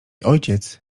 ojciec